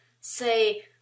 say